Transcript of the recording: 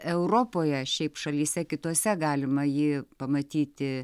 europoje šiaip šalyse kitose galima jį pamatyti